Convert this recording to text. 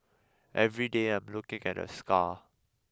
every day I'm looking at the scar